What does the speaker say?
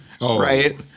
right